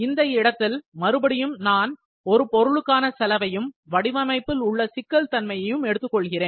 இந்த இடத்தில் மறுபடியும் நான் ஒரு பொருளுக்கான செலவையும் வடிவமைப்பில் உள்ள சிக்கல் தன்மையையும் எடுத்துக்கொள்கிறேன்